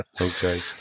Okay